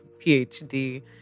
PhD